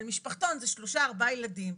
אבל משפחתון זה 3-4 ילדים,